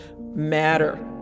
matter